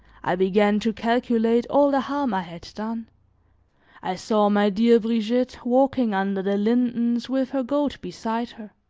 i began to calculate all the harm i had done i saw my dear brigitte walking under the lindens with her goat beside her.